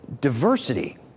diversity